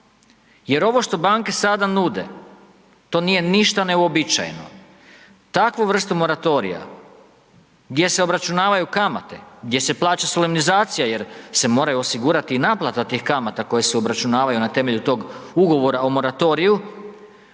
Jer ovo što banke sada nude, to nije ništa neuobičajeno, takvu vrstu moratorija gdje se obračunavaju kamate, gdje se plaća solemnizacija jer se mora osigurati i naplata tih kamata koje se obračunavaju na temelju tog ugovora o moratoriju,